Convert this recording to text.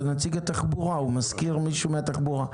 זה נציג התחבורה, הוא מזכיר מישהו מהתחבורה.